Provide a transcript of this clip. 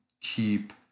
keep